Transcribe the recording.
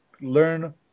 Learn